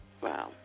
Wow